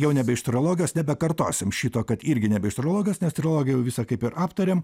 jau nebe iš trologijos nebekartosim šito kad irgi nebe iš trologijos nes trilogiją jau visą kaip ir aptarėm